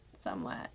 somewhat